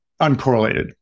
uncorrelated